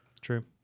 True